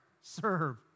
Serve